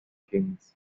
kings